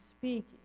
speak